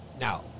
Now